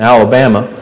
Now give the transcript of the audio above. Alabama